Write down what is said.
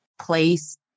place